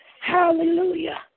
Hallelujah